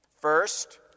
First